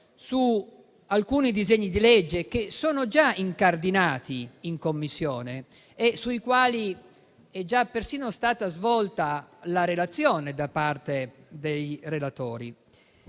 su alcuni disegni di legge che sono già incardinati in Commissione e sui quali è già persino stata svolta la relazione da parte dei relatori.